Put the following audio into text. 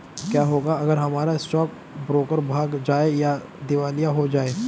क्या होगा अगर हमारा स्टॉक ब्रोकर भाग जाए या दिवालिया हो जाये?